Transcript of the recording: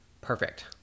perfect